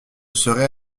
serait